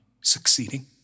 succeeding